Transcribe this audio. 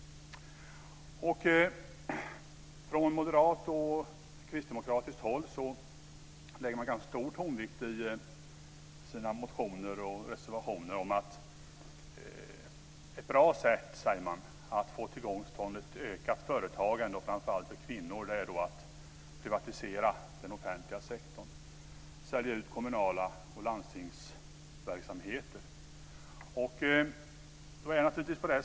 Från moderat och kristdemokratiskt håll lägger man i sina motioner och reservationer stor tonvikt vid att ett bra sätt för att få till stånd ett ökat företagande, framför allt för kvinnor, är att privatisera den offentliga sektorn och sälja ut kommunala verksamheter och landstingsverksamheter.